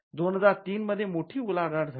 २००३ मध्ये मोठी उलाढाल झाली